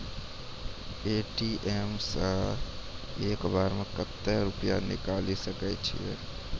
ATM सऽ एक बार म कत्तेक रुपिया निकालि सकै छियै?